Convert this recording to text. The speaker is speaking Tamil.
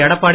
எடப்பாடி